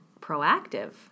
proactive